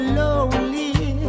lonely